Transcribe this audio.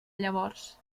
llavors